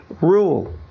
rule